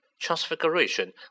Transfiguration